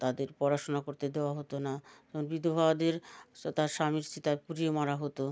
তাদের পড়াশোনা করতে দেওয়া হতো না বিধবাদের তার স্বামীর চিতায় পুড়িয়ে মারা হতো